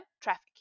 traffic